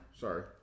Sorry